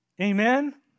Amen